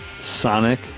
Sonic